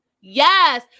Yes